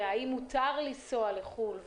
האם מותר ליסוע לחו"ל,